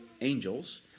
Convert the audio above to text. angels